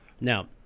now